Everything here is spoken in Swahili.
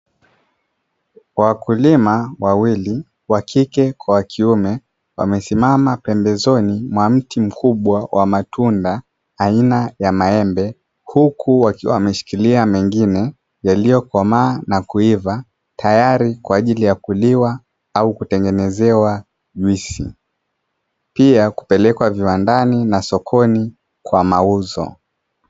Wakulima wawili wakike kwa wakiume, wamesimama pembezoni mwa mti mkubwa wa matunda aina ya maembe huku wakiwa wameshikilia mengine yaliyokomaa na kuiva tayari kwaajili ya kuliwa au kutengenezewa juisi, pia kupelekwa viwandani na sokoni kwa mauzo.